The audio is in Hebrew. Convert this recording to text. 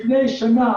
לפני שנה